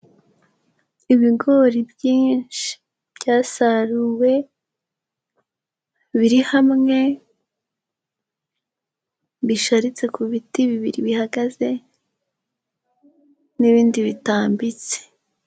Ibigori byinshi byasaruwe biri hamwe bisharitse ku biti bibiri bihagaze n'ibindi bitambitse.